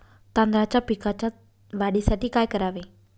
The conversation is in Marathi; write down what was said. तांदळाच्या पिकाच्या वाढीसाठी काय करावे?